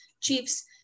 chiefs